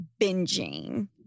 binging